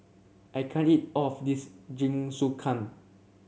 I can't eat all of this Jingisukan